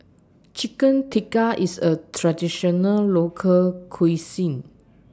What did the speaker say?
Chicken Tikka IS A Traditional Local Cuisine